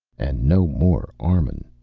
and no more armun.